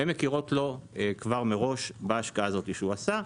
הן כבר מכירות לו כבר מראש בהשקעה הזו שהוא עשה.